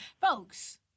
Folks